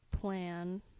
plan